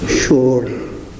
surely